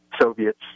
Soviets